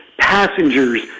passengers